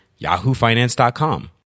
yahoofinance.com